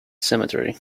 cemetery